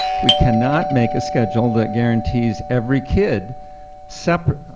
we cannot make a schedule that guarantees every kid separate,